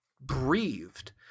breathed